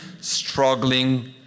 struggling